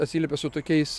atsiliepia su tokiais